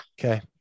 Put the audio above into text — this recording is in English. Okay